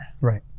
Right